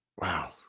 wow